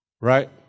right